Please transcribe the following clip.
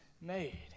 made